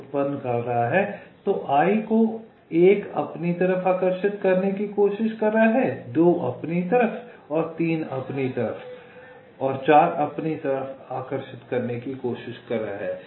तो 'i' को 1 अपनी तरफ आकर्षित करने की कोशिश कर रहा है 2 अपनी तरफ आकर्षित करने की कोशिश कर रहा है 3 अपनी तरफ आकर्षित करने की कोशिश कर रहा है और 4 अपनी तरफ आकर्षित करने की कोशिश कर रहा है